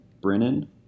Brennan